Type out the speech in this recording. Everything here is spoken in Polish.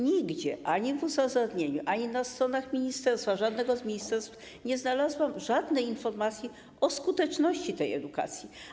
Nigdzie, ani w uzasadnieniu, ani na stronach ministerstwa, żadnego z ministerstw, nie znalazłam żadnej informacji o skuteczności tej edukacji.